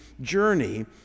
journey